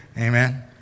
Amen